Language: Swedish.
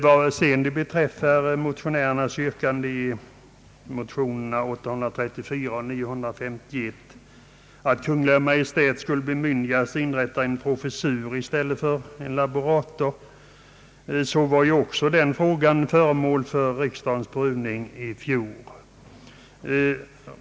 Vad sedan beträffar yrkandet i motionerna I: 834 och II: 951, att Kungl. Maj:t skall bemyndigas inrätta en professur i stället för en laboratur, så var även den frågan föremål för riksdagens prövning i fjol.